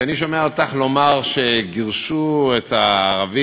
כשאני שומע אותך אומרת שגירשו את הערבים,